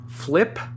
flip